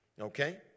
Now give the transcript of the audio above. Okay